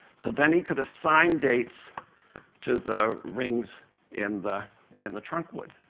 so then he could assign dates to the rings in the in the trunk wood.